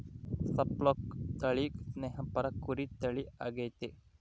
Suffolk ತಳಿ ಸ್ನೇಹಪರ ಕುರಿ ತಳಿ ಆಗೆತೆ